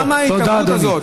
למה ההתעמרות הזאת?